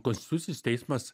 konstitucinis teismas